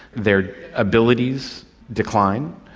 their abilities decline,